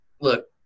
look